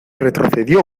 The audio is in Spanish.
retrocedió